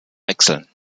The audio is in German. wechseln